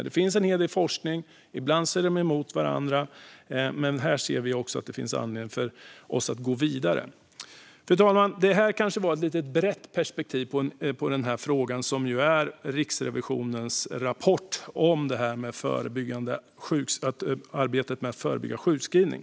Det finns en hel del forskning, och ibland säger resultaten emot varandra, men här ser vi också att det finns anledning för oss att gå vidare. Fru talman! Det här kanske var ett lite brett perspektiv på den här frågan som handlar om Riksrevisionens rapport om arbetet med att förebygga sjukskrivning.